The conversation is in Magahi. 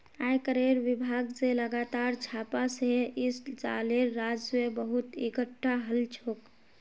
आयकरेर विभाग स लगातार छापा स इस सालेर राजस्व बहुत एकटठा हल छोक